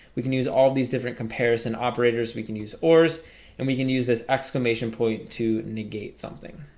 we can use all these different comparison operators we can use ors and we can use this exclamation point to negate something